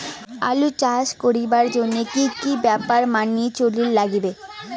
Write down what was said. আলু চাষ করিবার জইন্যে কি কি ব্যাপার মানি চলির লাগবে?